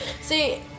See